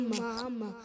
Mama